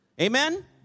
Amen